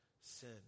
sin